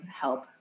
help